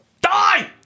die